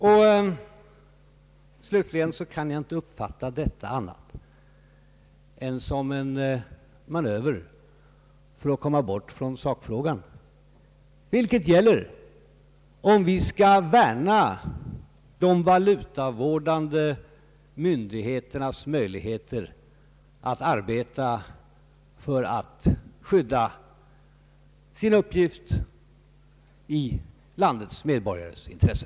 För det fjärde kan jag inte uppfatta detta på annat sätt än som en manöver för att komma bort från sakfrågan vilken gäller, om vi skall värna om de valutavårdande myndigheternas möjligheter att sköta sin uppgift i landets medborgares intresse.